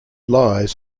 lies